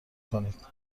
کنید